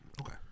Okay